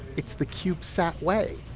it's the cube sat way.